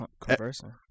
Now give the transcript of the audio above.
conversing